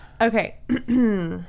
Okay